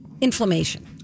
inflammation